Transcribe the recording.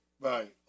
Right